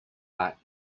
back